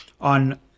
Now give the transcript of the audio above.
on